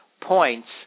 points